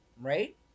right